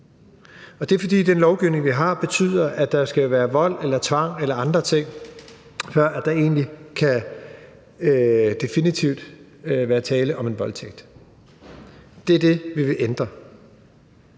Det er, fordi den lovgivning, vi har, betyder, at der skal være vold eller tvang eller andre ting, før der egentlig definitivt kan være tale om en voldtægt. Det er det, vi vil ændre.